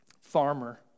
farmer